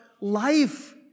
life